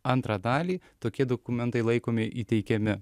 antrą dalį tokie dokumentai laikomi įteikiami